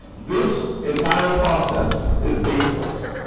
this entire process is baseless.